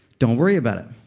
don't worry about it.